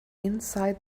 inside